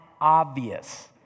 obvious